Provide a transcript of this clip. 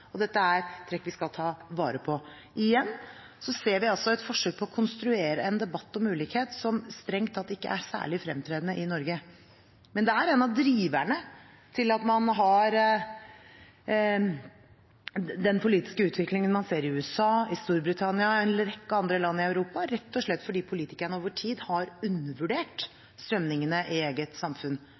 Dette er trekk vi skal ta vare på. Igjen ser vi altså et forsøk på å konstruere en debatt om ulikhet som strengt tatt ikke er særlig fremtredende i Norge. Men det er en av driverne til at man har den politiske utviklingen man ser i USA, i Storbritannia, i en rekke andre land i Europa, rett og slett fordi politikerne over tid har undervurdert strømningene i eget samfunn.